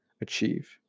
achieve